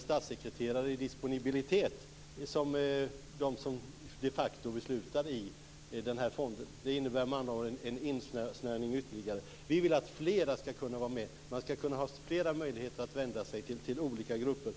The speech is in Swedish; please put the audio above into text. statssekreterare i disponibilitet, så att säga, till de personer som de facto beslutar i den här fonden. Det innebär med andra ord en ytterligare insnärjning. Vi vill att flera skall kunna vara med. Man skall kunna ha flera möjligheter att vända sig till olika grupper.